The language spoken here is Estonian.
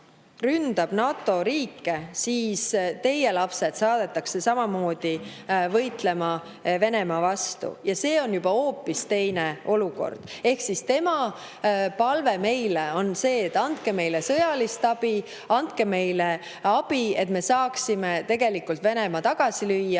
ründab NATO riike, siis teie lapsed saadetakse samamoodi võitlema Venemaa vastu, ja see on juba hoopis teine olukord." Ehk siis tema palve meile on see: andke sõjalist abi, andke abi, et me saaksime Venemaa tagasi lüüa,